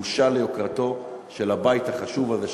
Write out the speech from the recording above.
ובושה ליוקרתו של הבית החשוב הזה,